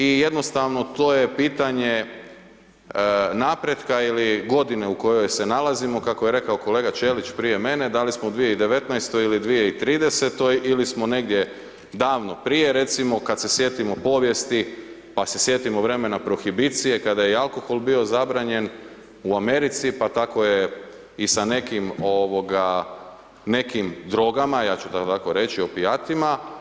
I jednostavno to je pitanje napretka ili godine u kojoj se nalazimo, kako je rekao kolega Ćelić prije mene, da li smo u 2019. ili 2030. ili smo negdje davno prije recimo kada se sjetimo povijesti, pa se sjetimo vremena prohibicije kada je i alkohol bio zabranjen u Americi pa tako je i sa nekim drogama, ja ću to tako reći opijatima.